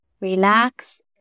Relax